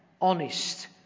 ...honest